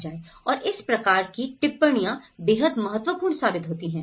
और इस प्रकार की टिप्पणियां बेहद महत्वपूर्ण साबित होती है